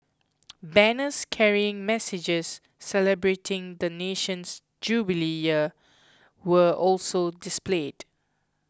banners carrying messages celebrating the nation's jubilee year were also displayed